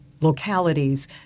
localities